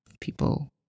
people